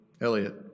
Elliot